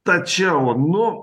tačiau nu